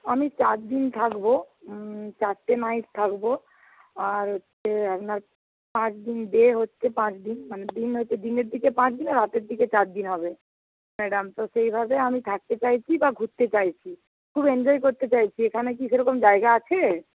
আমি চারদিন থাকবো চারটে নাইট থাকবো আর হচ্ছে আপনার পাঁচদিন ডে হচ্ছে পাঁচদিন মানে দিন হচ্ছে দিনের দিকে পাঁচদিন রাতের দিকে চারদিন হবে সেইভাবে আমি থাকতে চাইছি বা ঘুরতে চাইছি খুব এনজয় করতে চাইছি এখানে কি সেরকম জায়গা আছে